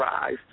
rise